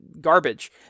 garbage